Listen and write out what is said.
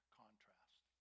contrast